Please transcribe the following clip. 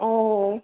अ